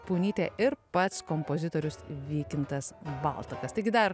punytė ir pats kompozitorius vykintas baltakas taigi dar